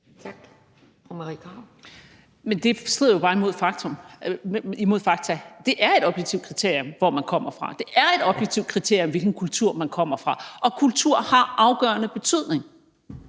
Marie Krarup (DF): Men det strider jo bare imod fakta. Det er et objektivt kriterium, hvor man kommer fra; det er et objektivt kriterium, hvilken kultur man kommer fra; og kultur har afgørende betydning.